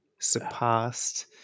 surpassed